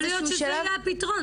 יכול להיות שזה יהיה הפתרון.